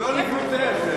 אחלק טישיו תיכף.